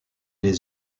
les